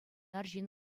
арҫын